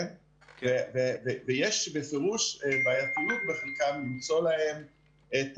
יש בפירוש בעייתיות למצוא להם את